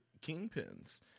kingpins